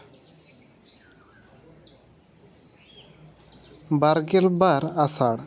ᱵᱟᱨᱜᱮᱞ ᱵᱟᱨ ᱟᱥᱟᱲ